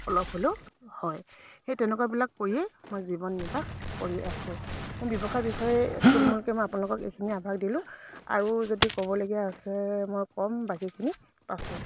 অলপ হ'লেও হয় সেই তেনেকুৱাবিলাক কৰিয়েই মই জীৱন নিৰ্বাহ কৰি আছোঁ মোৰ ব্যৱসায় বিষয়ে থুলমূলকৈ মই আপোনালোকক এইখিনি আভাস দিলোঁ আৰু যদি ক'বলগীয়া আছে মই ক'ম বাকীখিনি পাছত